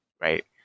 right